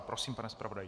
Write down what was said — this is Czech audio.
Prosím, pane zpravodaji.